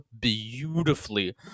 beautifully